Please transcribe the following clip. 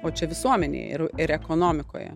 o čia visuomenėje ir ir ekonomikoje